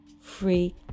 free